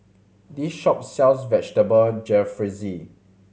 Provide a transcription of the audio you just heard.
this shop sells Vegetable Jalfrezi